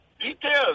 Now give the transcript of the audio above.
details